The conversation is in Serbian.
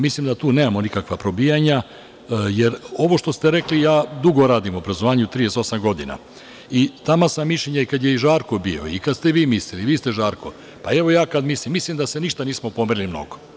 Mislim da tu nemamo nikakva probijanja, jer ovo što ste rekli, ja dugo radim u obrazovanju, već 38 godina i taman sam mišljenja i kada je i Žarko bio i kada ste vi mislili, i vi ste Žarko, a evo ja kada mislim, mislim da se ništa nismo pomerili mnogo.